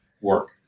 work